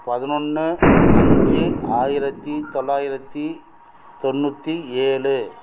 பதினொன்று அஞ்சு ஆயிரத்தி தொள்ளாயிரத்தி தொண்ணூற்றி ஏழு